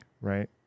right